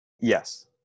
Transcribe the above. Yes